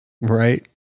Right